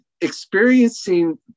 experiencing